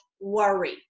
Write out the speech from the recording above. worry